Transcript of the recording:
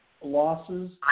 losses